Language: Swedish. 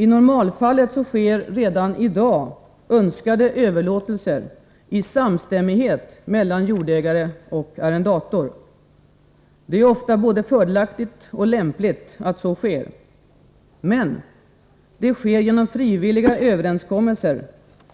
I normalfallet sker redan i dag önskade överlåtelser i samstämmighet mellan jordägare och arrendator. Det är ofta både fördelaktigt och lämpligt att så sker. Men det sker genom frivilliga överenskommelser